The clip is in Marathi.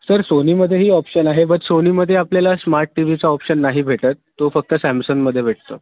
सर सोनीमध्येही ऑप्शन आहे बट सोनीमध्ये आपल्याला स्मार्ट टी वीचा ऑप्शन नाही भेटत तो फक्त सॅमसनमध्ये भेटतो